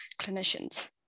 clinicians